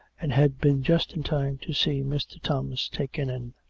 and had been just in time to see mr. thomas taken in.